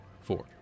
four